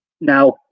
now